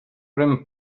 pren